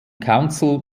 council